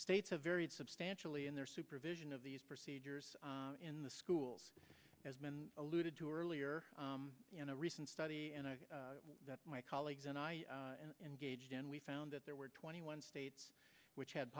states a very substantially in their supervision of these procedures in the schools has been alluded to earlier in a recent study and that my colleagues and i engaged in we found that there were twenty one states which had